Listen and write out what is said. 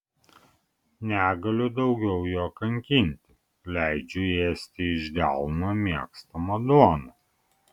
negaliu daugiau jo kankinti leidžiu ėsti iš delno mėgstamą duoną